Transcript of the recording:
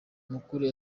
mukura